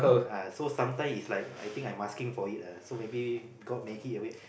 uh so sometime is like I think I'm asking for it lah so maybe god make it a way